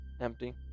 empty